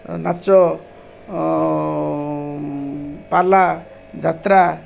ନାଚ ପାଲା ଯାତ୍ରା